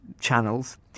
channels